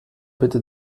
bitte